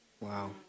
Wow